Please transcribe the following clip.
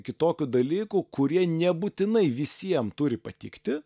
kitokių dalykų kurie nebūtinai visiem turi patikti